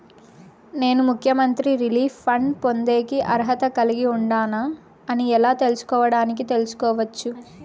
నేను ముఖ్యమంత్రి relief fund పొందేకి అర్హత కలిగి ఉండానా అని ఎలా తెలుసుకోవడానికి తెలుసుకోవచ్చు